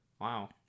wow